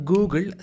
Google